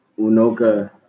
Unoka